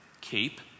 keep